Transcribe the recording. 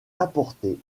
importé